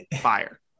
Fire